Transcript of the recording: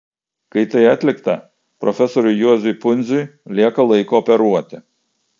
kai tai atlikta profesoriui juozui pundziui lieka laiko operuoti